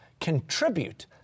contribute